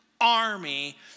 army